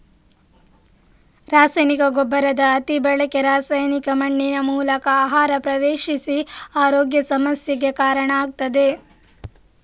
ರಾಸಾಯನಿಕ ಗೊಬ್ಬರದ ಅತಿ ಬಳಕೆ ರಾಸಾಯನಿಕ ಮಣ್ಣಿನ ಮೂಲಕ ಆಹಾರ ಪ್ರವೇಶಿಸಿ ಆರೋಗ್ಯ ಸಮಸ್ಯೆಗೆ ಕಾರಣ ಆಗ್ತದೆ